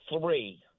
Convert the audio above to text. three